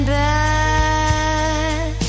back